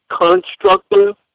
constructive